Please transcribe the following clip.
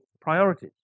priorities